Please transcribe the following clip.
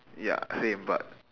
ya same but